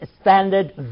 Standard